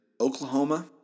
Oklahoma